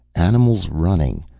animals running,